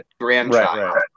grandchild